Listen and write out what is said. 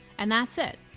and that's it,